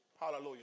Hallelujah